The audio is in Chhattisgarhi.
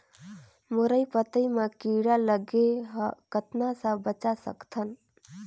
मुरई पतई म कीड़ा लगे ह कतना स बचा सकथन?